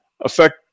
affect